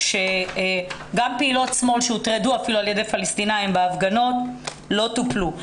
גם פעילות שמאל שהוטרדו על ידי פלסטינים בהפגנות לא טופלו.